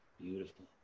beautiful